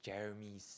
Jeremy's